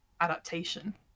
adaptation